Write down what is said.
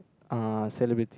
uh celebrity